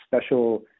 special